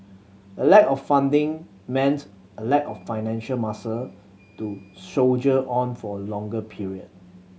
a lack of funding meant a lack of financial muscle to soldier on for a longer period